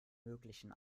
möglichen